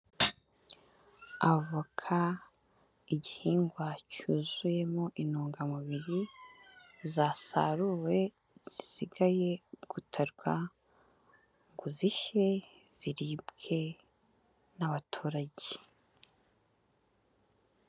Avoka igihingwa cyuzuyemo intungamubiri, zasaruwe zisigaye gutarwa ngo zishye ziribwe n'abaturage.